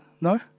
No